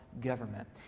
government